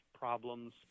problems